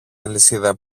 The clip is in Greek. αλυσίδα